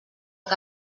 que